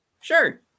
Sure